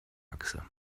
achse